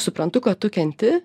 suprantu kad tu kenti